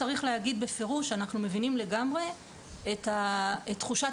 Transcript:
צריך להגיד בפירוש: אנחנו לגמרי מבינים את תחושת